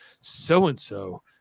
so-and-so